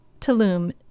Tulum